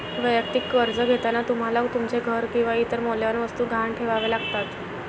वैयक्तिक कर्ज घेताना तुम्हाला तुमचे घर किंवा इतर मौल्यवान वस्तू गहाण ठेवाव्या लागतात